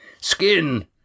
Skin